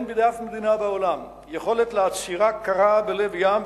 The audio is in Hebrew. אין בידי אף מדינה בעולם יכולת לעצירה קרה בלב ים,